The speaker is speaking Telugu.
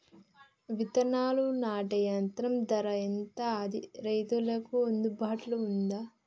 విత్తనాలు నాటే యంత్రం ధర ఎంత అది రైతులకు అందుబాటులో ఉందా?